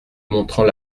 montrant